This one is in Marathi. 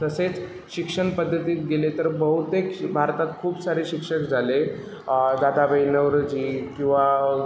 तसेच शिक्षण पद्धतीत गेले तर बहुतेक श भारतात खूप सारे शिक्षक झाले दादाभाई नौरोजी किंवा